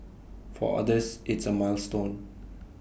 for others it's A milestone